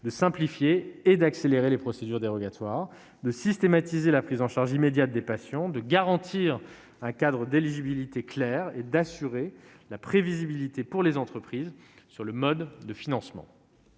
de simplifier et d'accélérer les procédures dérogatoires, de systématiser la prise en charge immédiate des patients, de garantir un cadre d'éligibilité clair et d'assurer un maximum de prévisibilité aux entreprises sur le mode de financement.